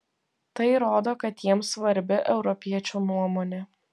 tai rodo kad jiems svarbi europiečių nuomonė